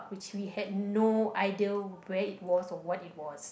which we had no idea where it was or what it was